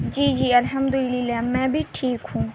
جی جی الحمد للہ میں بھی ٹھیک ہوں